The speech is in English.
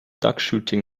duckshooting